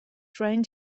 trying